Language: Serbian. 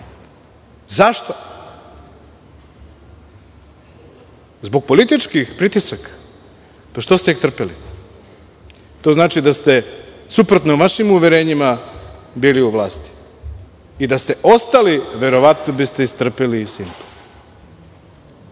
Zašto? Zbog političkih pritisaka? Što ste trpeli? To znači da ste suprotno vašim uverenjima bili u vlasti i da ste ostali, verovatno biste istrpeli i „Simpo“.Što